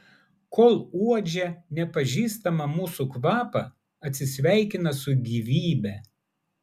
kol uodžia nepažįstamą mūsų kvapą atsisveikina su gyvybe